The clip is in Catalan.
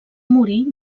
morir